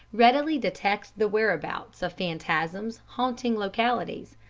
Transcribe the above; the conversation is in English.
readily detect the whereabouts of phantasms haunting localities,